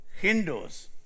Hindus